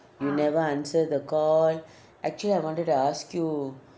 you never answer the call actually I wanted to ask you